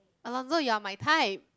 Alonso you are my type